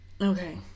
Okay